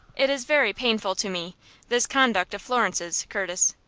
it is very painful to me this conduct of florence's, curtis,